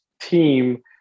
team